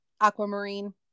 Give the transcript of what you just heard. aquamarine